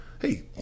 hey